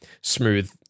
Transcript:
smooth